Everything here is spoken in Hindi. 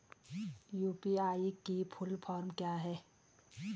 यु.पी.आई की फुल फॉर्म क्या है?